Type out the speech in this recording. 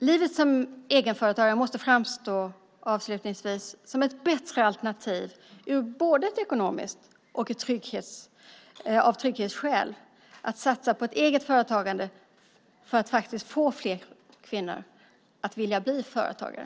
Livet som egenföretagare måste framstå som ett bättre alternativ både ekonomiskt och av trygghetsskäl, det vill säga att få fler kvinnor att vilja bli företagare.